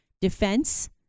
defense